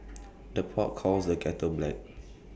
the pot calls the kettle black